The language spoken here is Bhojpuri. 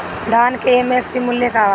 धान के एम.एफ.सी मूल्य का बा?